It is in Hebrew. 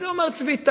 את זה אומר צבי טל,